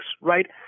right